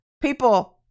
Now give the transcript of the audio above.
people